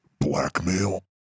blackmail